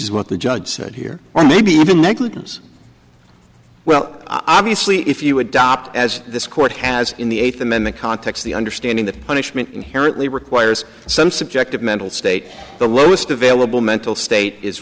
is what the judge said here or maybe even negligence well obviously if you adopt as this court has in the eighth amendment context the understanding that punishment inherently requires some subjective mental state the lowest available mental state is